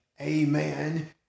amen